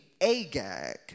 Agag